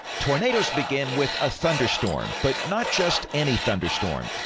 tornadoes begin with a thunderstorm but not just any thunderstorm.